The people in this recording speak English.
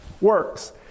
works